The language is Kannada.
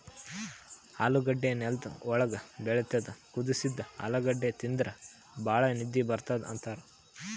ಆಲೂಗಡ್ಡಿ ನೆಲ್ದ್ ಒಳ್ಗ್ ಬೆಳಿತದ್ ಕುದಸಿದ್ದ್ ಆಲೂಗಡ್ಡಿ ತಿಂದ್ರ್ ಭಾಳ್ ನಿದ್ದಿ ಬರ್ತದ್ ಅಂತಾರ್